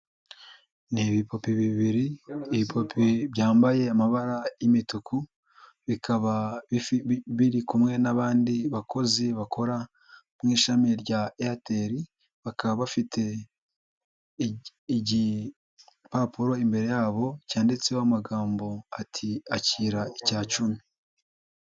Ni ibipupe bibiri, ibipupe byambaye amabara y'imituku, bikaba biri kumwe n'abandi bakozi bakora mu ishami rya Airtel bakaba bafite igipapuro imbere yabo cyanditseho amagambo ati: "Akira icya cumi".